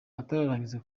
atararangiza